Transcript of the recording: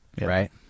right